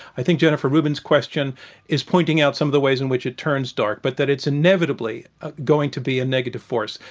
i think jennifer rubin's question is pointing out some of the ways in which it turns dark but that it's inevitably going to be a negative force.